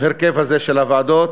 בהרכב הזה של הוועדות.